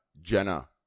Jenna